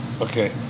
Okay